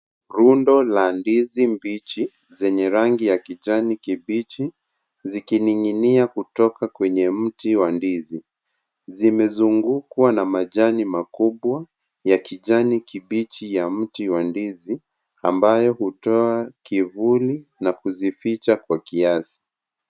Rundo la ndizi mbichi zenye rangi ya kijani kibichi zikining'inia kutoka kwenye mti wa ndizi. Zimezungukwa na majani makubwa ya kijani kibichi ya mti wa ndizi, ambayo hutoa kivuli na kuzificha kwa kiasi.